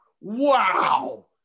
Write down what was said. wow